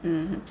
mmhmm